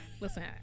Listen